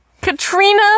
Katrina